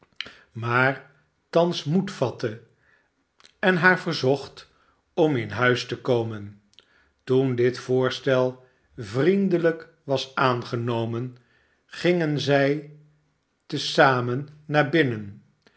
maar thans moed vatte en haar verzocht om in huis te komen toen dit voorstel vriendelijk was aangenomen gingen zij te zamen naar binnen